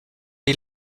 die